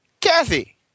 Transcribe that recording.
Kathy